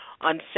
on